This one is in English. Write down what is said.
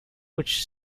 which